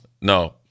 No